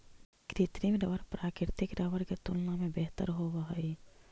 कृत्रिम रबर प्राकृतिक रबर के तुलना में बेहतर होवऽ हई